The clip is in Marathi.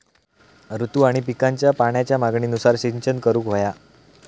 ऋतू आणि पिकांच्या पाण्याच्या मागणीनुसार सिंचन करूक व्हया